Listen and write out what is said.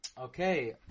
Okay